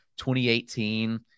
2018